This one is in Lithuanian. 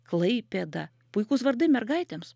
klaipėda puikūs vardai mergaitėms